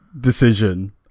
decision